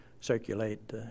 circulate